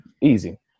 Easy